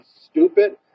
stupid